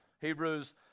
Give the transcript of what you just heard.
Hebrews